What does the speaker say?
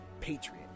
patriot